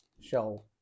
show